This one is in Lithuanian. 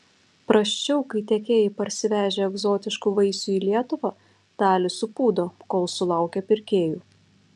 prasčiau kai tiekėjai parsivežę egzotiškų vaisių į lietuvą dalį supūdo kol sulaukia pirkėjų